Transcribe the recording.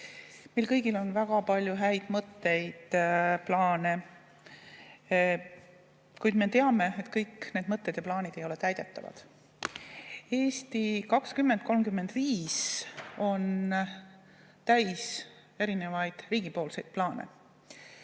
Meil kõigil on väga palju häid mõtteid ja plaane, kuid me teame, et kõik need mõtted ja plaanid ei ole täidetavad. "Eesti 2035" on täis riigi erinevaid plaane